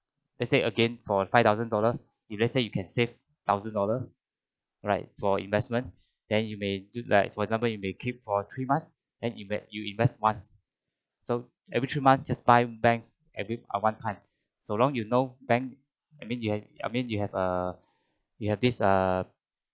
let's say again for a five thousand dollar if let's say you can save thousand dollar right for investment then you may like for example you may keep for three months and invest you invest once so every three months just buy banks every uh one time so long you know bank I mean you've I mean you have a you have this err